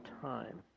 time